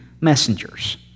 messengers